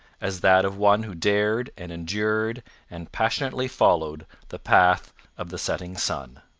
as that of one who dared and endured and passionately followed the path of the setting sun.